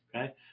okay